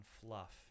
fluff